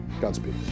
Godspeed